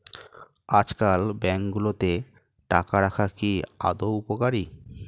আজকাল ব্যাঙ্কগুলোতে টাকা রাখা কি আদৌ উপকারী?